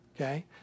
Okay